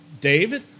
David